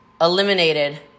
eliminated